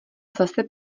zase